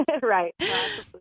Right